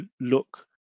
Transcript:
look